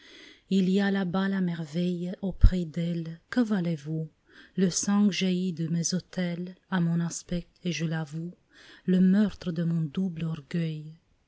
il y a là-bas la merveille au prix d'elle que valez vous le sang jaillit de mes otelles à mon aspect et je l'avoue le meurtre de mon double orgueil